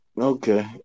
Okay